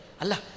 Allah